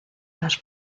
las